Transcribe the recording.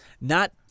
Not-